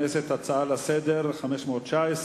הצעה לסדר-היום מס' 519: